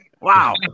Wow